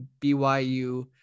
BYU